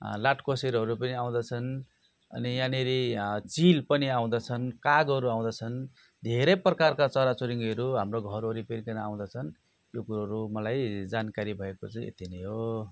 लाटोकोसेरोहरू पनि आउँदछन् अनि यहाँनेर चिल पनि आउँदछन् कागहरू आउँदछ्न् धेरै प्रकारका चराचुरुङ्गीहरू हाम्रो घर वरिपरि त्यहाँबाट आउँदछन् यो कुरोहरू मलाई जानकारी भएको चाहिँ यति नै हो